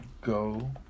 go